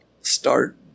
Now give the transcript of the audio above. start